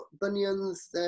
bunions